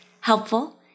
helpful